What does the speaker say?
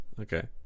okay